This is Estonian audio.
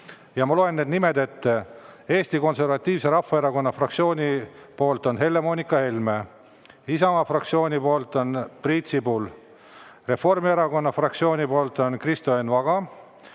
Ma loen need nimed ette: Eesti Konservatiivse Rahvaerakonna fraktsiooni poolt on Helle-Moonika Helme, Isamaa fraktsiooni poolt on Priit Sibul, Reformierakonna fraktsiooni poolt on Kristo Enn Vaga,